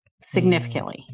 significantly